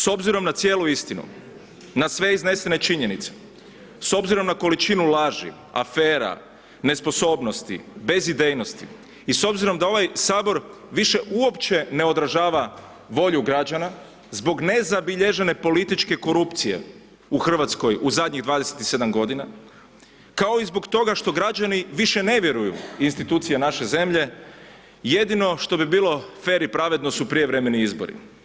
S obzirom na cijelu istinu, na sve iznesene činjenice, s obzirom na količinu laži, afera, nesposobnosti, bezidejnosti i s obzirom da ovaj HS više uopće ne odražava volju građana zbog nezabilježene političke korupcije u RH u zadnjih 27.g., kao i zbog toga što građani više ne vjeruju u institucije naše zemlje, jedino što bi bilo fer i pravedno su prijevremeni izbori.